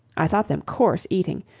i thought them coarse eating,